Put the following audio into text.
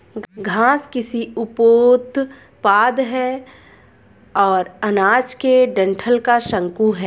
घास कृषि उपोत्पाद है और अनाज के डंठल का शंकु है